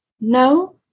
No